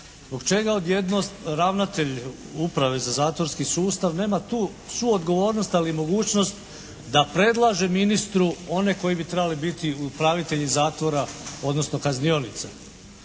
zbog čega odjednom ravnatelj uprave za zatvorski sustav nema tu suodgovornost ali i mogućnost da predlaže ministru one koji bi trebali biti upravitelji zatvora odnosno kaznionica?